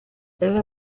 era